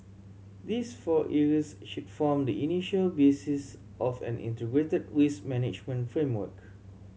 these four areas should form the initial basis of an integrated risk management framework